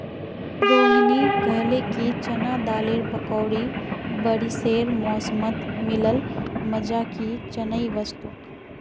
रोहिनी कहले कि चना दालेर पकौड़ी बारिशेर मौसमत मिल ल मजा कि चनई वस तोक